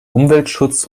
umweltschutz